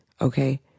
Okay